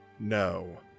No